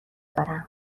دارم